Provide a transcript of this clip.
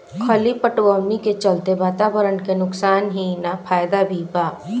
खली पटवनी के चलते वातावरण के नुकसान ही ना फायदा भी बा